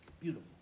beautiful